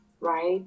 right